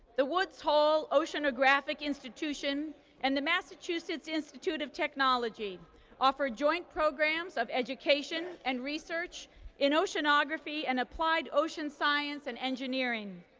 the woods hole oceanographic institution and the massachusetts institute of technology offer joint programs of education and research in oceanography and applied ocean science and engineering.